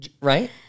Right